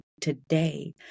today